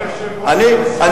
שר.